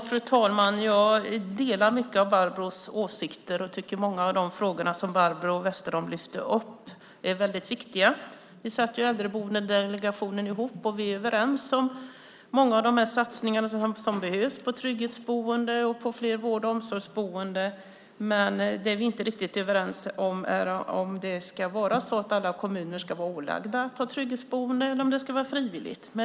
Fru talman! Jag delar mycket av Barbro Westerholms åsikter och tycker att många av de frågor hon lyfter upp är väldigt viktiga. Vi satt i Äldreboendedelegationen ihop, och vi är överens om många av de satsningar som behövs på trygghetsboende och på fler vård och omsorgsboenden, men det vi inte riktigt är överens om är ifall alla kommuner ska vara ålagda att ha trygghetsboende eller om det ska vara frivilligt.